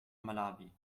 malawi